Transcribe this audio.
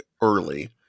early